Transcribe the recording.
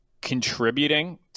contributing